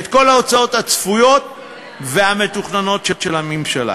את כל ההוצאות הצפויות והמתוכננות של הממשלה.